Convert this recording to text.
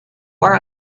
were